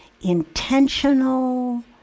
intentional